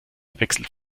wechselt